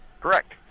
Correct